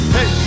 Hey